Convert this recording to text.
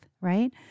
right